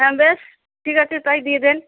হ্যাঁ বেশ ঠিক আছে তাই দিয়ে দেন